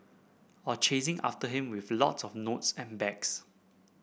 or chasing after him with lots of notes and bags